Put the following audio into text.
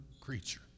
creature